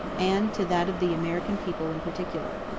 and to that of the american people in particular.